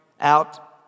out